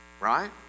right